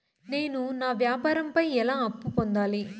నేను నా వ్యాపారం పై ఎలా అప్పు పొందాలి?